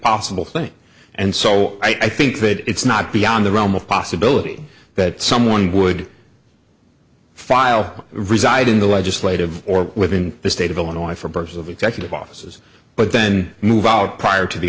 possible thing and so i think that it's not beyond the realm of possibility that someone would file reside in the legislative or within the state of illinois for purposes of executive offices but then move out prior to the